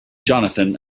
johnathan